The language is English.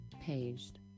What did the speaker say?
paged